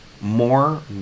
more